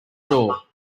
door